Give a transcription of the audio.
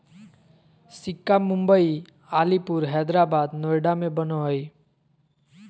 सिक्का मुम्बई, अलीपुर, हैदराबाद, नोएडा में बनो हइ